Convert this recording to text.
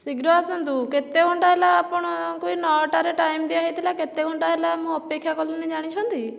ଶୀଘ୍ର ଆସନ୍ତୁ କେତେ ଘଣ୍ଟା ହେଲା ଆପଣଙ୍କୁ ନଅଟାରେ ଟାଇମ୍ ଦିଆ ହୋଇଥିଲା କେତେ ଘଣ୍ଟା ହେଲା ମୁଁ ଅପେକ୍ଷା କଲିଣି ଜାଣିଛନ୍ତି